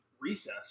Recess